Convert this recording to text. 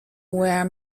where